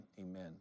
amen